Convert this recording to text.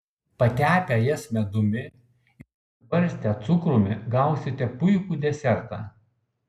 patepę jas medumi ar apibarstę cukrumi gausite puikų desertą